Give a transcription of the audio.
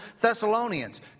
Thessalonians